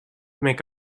make